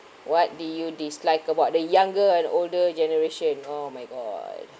what do you dislike about the younger and older generation oh my god